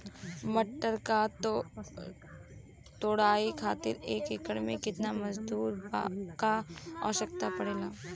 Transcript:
मटर क तोड़ाई खातीर एक एकड़ में कितना मजदूर क आवश्यकता पड़ेला?